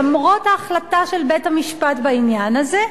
למרות ההחלטה של בית-המשפט בעניין הזה,